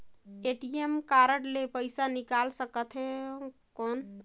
ATM card ले पइसा निकाल सकथे थव कौन?